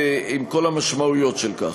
עם כל המשמעויות של זה.